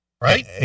right